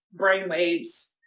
brainwaves